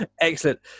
excellent